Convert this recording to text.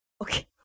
Okay